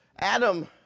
adam